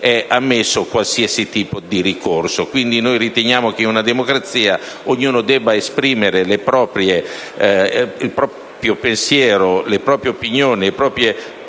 è ammesso qualsiasi tipo di ricorso. Riteniamo invece che in una democrazia ognuno debba poter esprimere il proprio pensiero, le proprie opinioni e le proprie